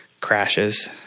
Crashes